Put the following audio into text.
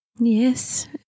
yes